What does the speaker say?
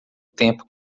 tempo